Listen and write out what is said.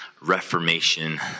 Reformation